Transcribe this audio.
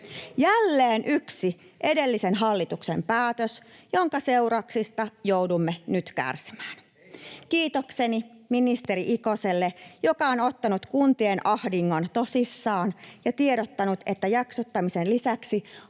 jälleen yksi edellisen hallituksen päätös, jonka seurauksista joudumme nyt kärsimään. Kiitokseni ministeri Ikoselle, joka on ottanut kuntien ahdingon tosissaan ja tiedottanut, että jaksottamisen lisäksi